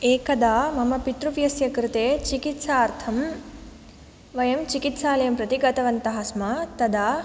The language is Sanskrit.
एकदा मम पितृव्यस्य कृते चिकित्सार्थं वयं चिकित्सालयं प्रति गतवन्तः स्म तदा